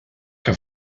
que